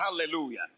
Hallelujah